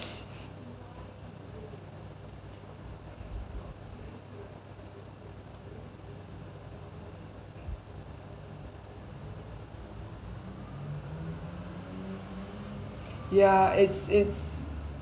yeah it's it's